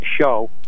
show